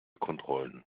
kontrollen